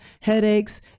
headaches